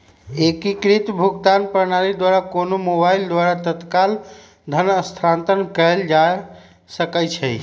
एकीकृत भुगतान प्रणाली द्वारा कोनो मोबाइल द्वारा तत्काल धन स्थानांतरण कएल जा सकैछइ